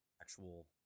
Actual –